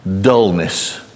dullness